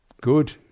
good